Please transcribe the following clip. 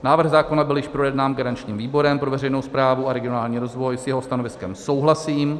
Návrh zákona byl již projednán garančním výborem pro veřejnou správu a regionální rozvoj, s jeho stanoviskem souhlasím.